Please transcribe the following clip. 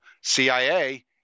CIA